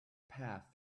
path